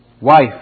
wife